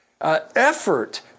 effort